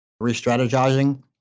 re-strategizing